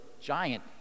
giant